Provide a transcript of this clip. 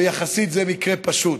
ויחסית זה מקרה פשוט.